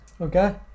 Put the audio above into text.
Okay